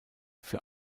für